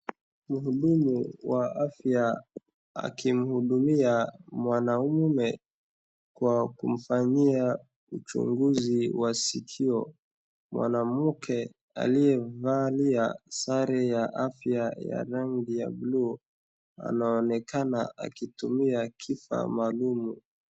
Mhudumu wa afya akimhudumia mwanaume kwa kumfanyia uchunguzi wa sikio mwanamke aliyevalia sare ya afya ya rangi ya buluu anaonekana akitumia kifaa maalum.